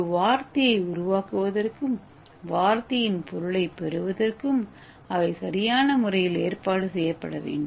ஒரு வார்த்தையை உருவாக்குவதற்கும் வார்த்தையின் பொருளைப் பெறுவதற்கும் அவை சரியான முறையில் ஏற்பாடு செய்யப்பட வேண்டும்